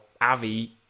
Avi